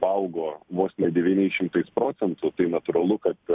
paaugo vos ne devyniais šimtais procentų tai natūralu kad